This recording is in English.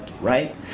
right